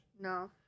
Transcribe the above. No